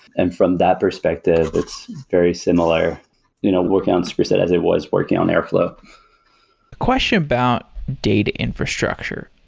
and from that perspective, it's very similar you know working on superset as it was working on airflow question about data infrastructure,